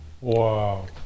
Wow